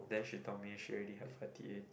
then she told me she already have her T_A to